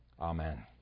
amen